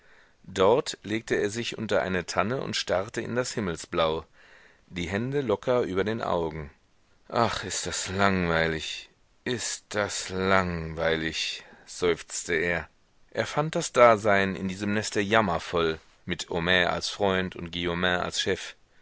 dort legte er sich unter eine tanne und starrte in das himmelsblau die hände locker über den augen ach ist das langweilig ist das langweilig seufzte er er fand das dasein in diesem neste jammervoll mit homais als freund und guillaumin als chef